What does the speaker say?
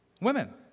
women